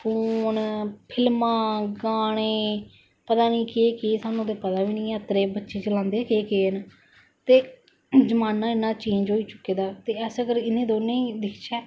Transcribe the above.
phone फिल्मा गाने पता नेई के्ह के्ह सानू ते पता गै नेई औतरे बच्चे चलांदे के्ह के्ह ना ते जमाना इना चैंज होई चुके दा ते अस अगर इंहे दोने गी दिक्खचे